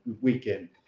weekend